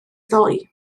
ddoe